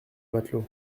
matelot